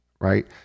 right